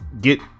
get